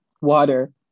water